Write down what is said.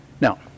Now